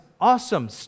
awesome